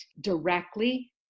directly